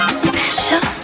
special